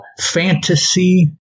fantasy